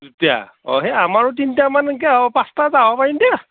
দুইটা অঁ হে আমাৰো তিনিটামানকৈ হ'ব পাঁচটা যাবা পাৰিম দে